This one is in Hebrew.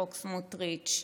חוק סמוטריץ'.